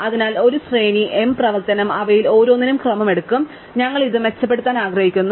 അതിനാൽ ഒരു ശ്രേണി m പ്രവർത്തനം അവയിൽ ഓരോന്നിനും ക്രമം എടുക്കും ഞങ്ങൾ ഇത് മെച്ചപ്പെടുത്താൻ ആഗ്രഹിക്കുന്നു